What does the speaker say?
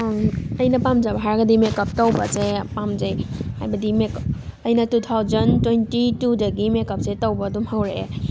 ꯑꯩꯅ ꯄꯥꯝꯖꯕ ꯍꯥꯏꯔꯒꯗꯤ ꯃꯦꯀꯞ ꯇꯧꯕꯁꯦ ꯄꯥꯝꯖꯩ ꯍꯥꯏꯕꯗꯤ ꯃꯦꯀꯞ ꯑꯩꯅ ꯇꯨ ꯊꯥꯎꯖꯟ ꯇ꯭ꯋꯦꯟꯇꯤ ꯇꯨꯗꯒꯤ ꯃꯦꯀꯞꯁꯦ ꯇꯧꯕ ꯑꯗꯨꯝ ꯍꯧꯔꯛꯑꯦ